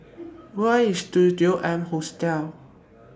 Where IS Studio M Hostel